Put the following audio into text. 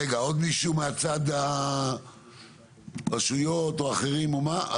רגע, עוד מישהו מהצד של הרשויות או אחרים או מה.